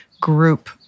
group